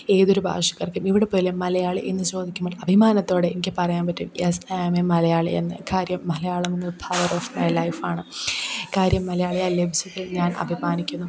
ഏതൊരു ഭാഷക്കാർക്കും എവിടെപ്പോയാലും മലയാളി എന്ന് ചോദിക്കുമ്പോൾ അഭിമാനത്തോടെ എനിക്ക് പറയാൻ പറ്റും എസ് ഐ ആം എ മലയാളീയെന്ന് കാര്യം മലയാളമിന്ന് പവർ ഓഫ് മൈ ലൈഫാണ് കാര്യം മലയാളിയായി ജനിച്ചതിൽ ഞാൻ അഭിമാനിക്കുന്നു